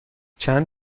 چند